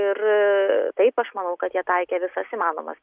ir taip aš manau kad jie taikė visas įmanomas